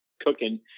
cooking